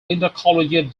intercollegiate